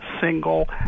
single